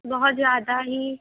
बहुत ज़्यादा ही